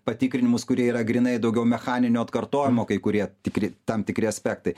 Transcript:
patikrinimus kurie yra grynai daugiau mechaninio atkartojimo kai kurie tikri tam tikri aspektai